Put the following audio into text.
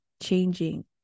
Changing